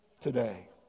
today